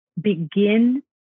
begin